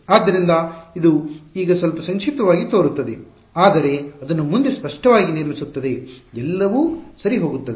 ಆದ್ದರಿಂದ ಇದು ಈಗ ಸ್ವಲ್ಪ ಸಂಕ್ಷಿಪ್ತವಾಗಿ ತೋರುತ್ತದೆ ಆದರೆ ಅದನ್ನು ಮುಂದೆ ಸ್ಪಷ್ಟವಾಗಿ ನಿರ್ಮಿಸುತ್ತದೆ ಎಲ್ಲವೂ ಸರಿ ಹೋಗುತ್ತದೆ